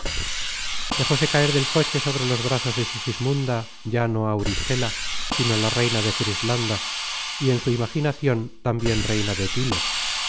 belleza dejóse caer del coche sobre los brazos de sigismunda ya no auristela sino la reina de frislanda y en su imaginacion tambien reina de tile